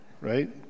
right